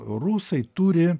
rusai turi